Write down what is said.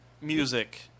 music